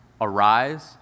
arise